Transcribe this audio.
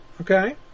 Okay